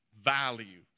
value